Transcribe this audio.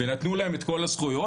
ונתנו להם את כל הזכויות,